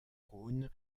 rhône